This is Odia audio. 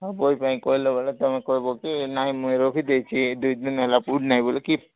ହଁ ବହି ପାଇଁ କହିଲା ବେଳେ ତମେ କହିବ କି ନାଇ ମୁଁ ରଖିଦେଇଛି ଦୁଇ ଦିନ ହେଲା ପଢ଼ୁନାଇଁ ବୋଲି କି